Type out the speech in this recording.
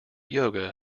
yoga